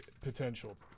potential